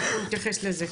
אנחנו נתייחס לזה,